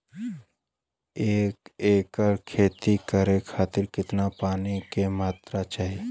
एक एकड़ खेती करे खातिर कितना पानी के मात्रा चाही?